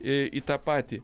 i į tą patį